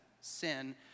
sin